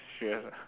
serious ah